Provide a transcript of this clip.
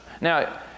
Now